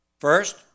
First